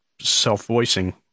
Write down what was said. self-voicing